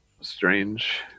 strange